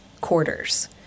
quarters